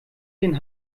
den